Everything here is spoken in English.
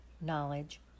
knowledge